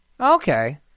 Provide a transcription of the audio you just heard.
Okay